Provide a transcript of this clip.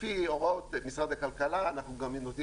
לפי הוראות משרד הכלכלה אנחנו גם נותנים